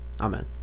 Amen